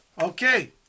Okay